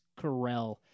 Carell